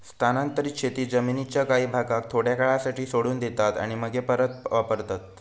स्थानांतरीत शेतीत जमीनीच्या काही भागाक थोड्या काळासाठी सोडून देतात आणि मगे परत वापरतत